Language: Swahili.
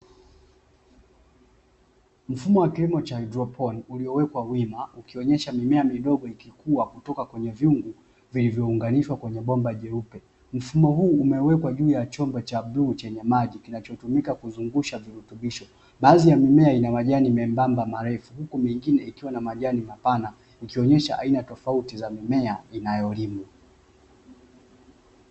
Mfumo wa kilimo cha haidroponi, uliyowekwa wima ukionyesha mimea midogo ikikua kutoka kwenye vyungu viivyounganishwa kwenye bomba jeupe. Mfumo huu umewekwa juu ya chombo cha bluu, chenye maji kinachotumika kuzungusha virutubisho, baadhi ya mimea ina majani membamba marefu, huku mingine ikiwa na majani mapana ikionyesha aina tofauti za mimea inayolimwa.